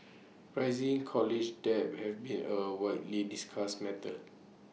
rising college debt has been A widely discussed matter